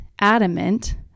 adamant